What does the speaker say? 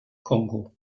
kongo